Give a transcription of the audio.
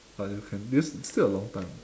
but you can it's still a long time